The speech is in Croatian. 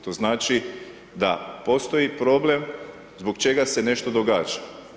To znači da postoji problem zbog čega se nešto događa.